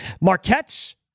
Marquette's